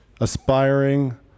aspiring